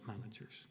managers